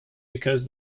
because